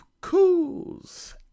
cools